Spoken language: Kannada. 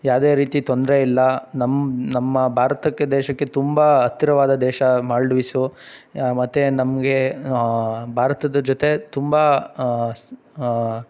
ಯಾವ್ದೇ ರೀತಿ ತೊಂದರೆ ಇಲ್ಲ ನಮ್ಮ ನಮ್ಮ ಭಾರತಕ್ಕೆ ದೇಶಕ್ಕೆ ತುಂಬ ಹತ್ತಿರವಾದ ದೇಶ ಮಾಲ್ಡೀವ್ಸು ಮತ್ತು ನಮಗೆ ಭಾರತದ ಜೊತೆ ತುಂಬ